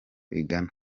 igana